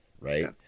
Right